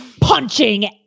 Punching